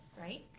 Right